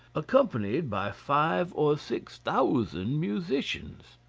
accompanied by five or six thousand musicians.